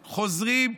חוזרים,